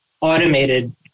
automated